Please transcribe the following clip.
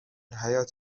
حیاط